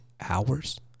hours